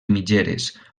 mitgeres